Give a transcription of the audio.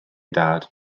dad